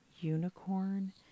unicorn